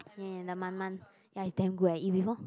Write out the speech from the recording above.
yeah the Man-Man ya it's damn good eh eat before